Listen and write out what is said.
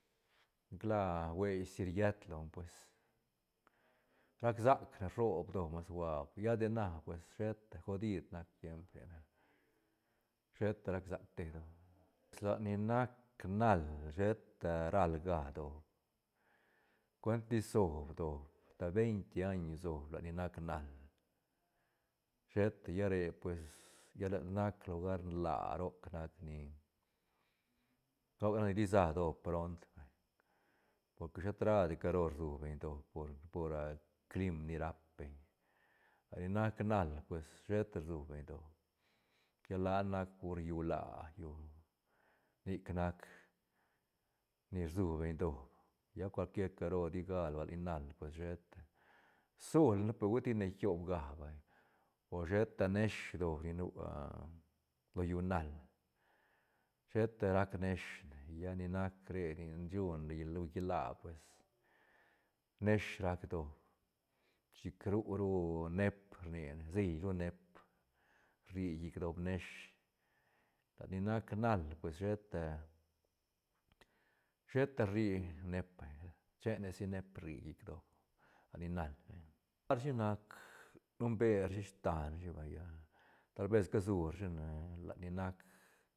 Nic la hues si riet lone pues rac sac ne rbo doob suab lla de na pues sheta godid tiemp re na sheta rac sac te doob lac ni nac nal sheta ralga doob cuentis sob doob ta veinte años sob lat ni nac nal sheta lla re pues lla lat nac lugar nla roc nac ni roc nac ni risa doob pront vay porque shet radi caro rsu beñ doob por- por a clim ni rap beñ la ni nac nal pues sheta rsu beñ doob lla la ne nac pur llú laa llú nic nac ni rsu beñ doob lla cual quier caro digaldi ba ni nal pues sheta su lane pe ru tine kiopga vayo sheta nesh doob ga nu ah lo llú nal sheta rac nesh ne lla nic nac re nin shune lli llú laa pues nesh rac doob chich ru- ru neep rni ne sil ru neep rri llic doob nesh lat ni nac nal pues sheta- sheta rri neep vay chene si nep rri llic doob a ni nal vay lara shi nac num berashi staiñ rashi ah tal vez casu ra shine lat ni nac